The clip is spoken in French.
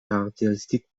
caractéristiques